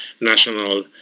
national